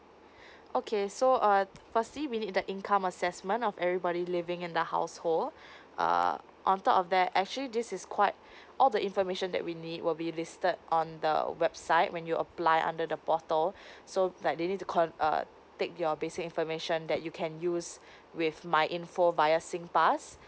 okay so uh firstly we need that income assessment of everybody living in the household uh on top of that actually this is quite all the information that we need will be listed on the website when you apply under the portal so like they need to con~ uh take your basic information that you can use with myinfo via singpass